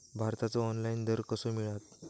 भाताचो ऑनलाइन दर कसो मिळात?